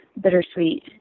bittersweet